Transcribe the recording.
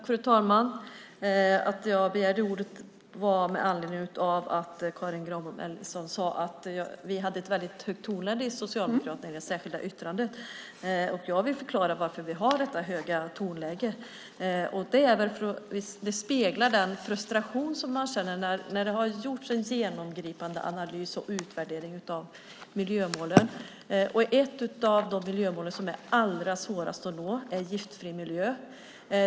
Fru talman! Jag begärde ordet med anledning av att Karin Granbom Ellison sade att vi socialdemokrater hade ett väldigt högt tonläge i det särskilda yttrandet. Jag vill förklara varför vi har detta höga tonläge. Det speglar den frustration vi känner. Det har gjorts en genomgripande analys och utvärdering av miljömålen. Ett av de miljömål som är allra svårast att nå är Giftfri miljö.